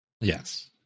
Yes